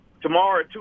tomorrow